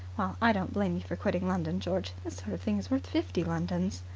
well, i don't blame you for quitting london, george. this sort of thing is worth fifty londons.